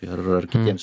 ar ar kitiems